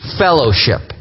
fellowship